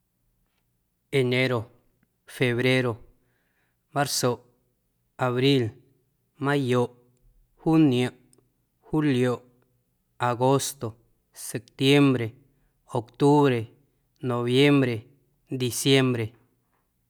Enero, febrero, marzoꞌ, abril, mayoꞌ juniomꞌ, julioꞌ, agosto, septiembre, octubre, noviembre, diciembre.